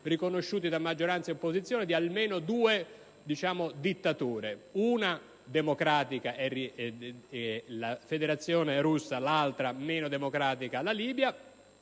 riconosciuti da maggioranza ed opposizione, di almeno due dittature, una democratica, la Federazione Russa, l'altra meno democratica, la Libia;